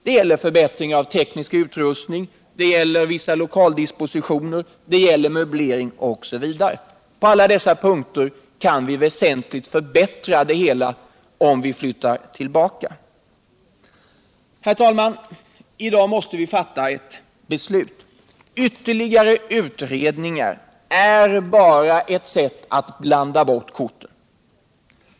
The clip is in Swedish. Det gäller teknisk utrustning, vissa lokaldispositioner, möblering osv. På alla dessa punkter kan vi väsentligt förbättra det hela om vi flyttar tillbaka. Herr talman! I dag måste vi fatta ett beslut. Ytterligare utredningar är bara ett sätt att blanda bort korten.